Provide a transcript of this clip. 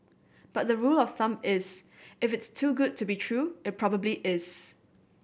but the rule of thumb is if it's too good to be true it probably is